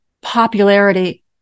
popularity